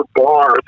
bar